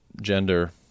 gender